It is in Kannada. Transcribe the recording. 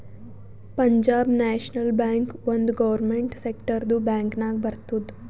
ಪಂಜಾಬ್ ನ್ಯಾಷನಲ್ ಬ್ಯಾಂಕ್ ಒಂದ್ ಗೌರ್ಮೆಂಟ್ ಸೆಕ್ಟರ್ದು ಬ್ಯಾಂಕ್ ನಾಗ್ ಬರ್ತುದ್